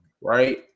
right